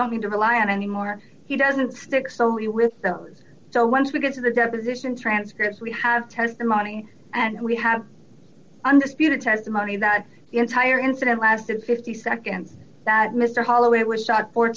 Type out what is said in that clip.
don't need to rely on anymore he doesn't stick solely with those so once we get to the deposition transcripts we have testimony and we have understood the testimony that the entire incident lasted fifty seconds that mr holloway was shot four